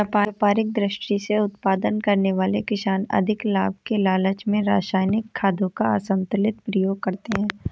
व्यापारिक दृष्टि से उत्पादन करने वाले किसान अधिक लाभ के लालच में रसायनिक खादों का असन्तुलित प्रयोग करते हैं